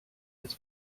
als